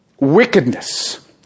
wickedness